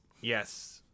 Yes